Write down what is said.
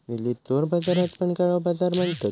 दिल्लीत चोर बाजाराक पण काळो बाजार म्हणतत